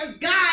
God